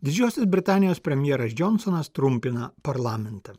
didžiosios britanijos premjeras džonsonas trumpina parlamentą